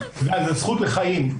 והזכות לחיים.